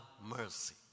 mercy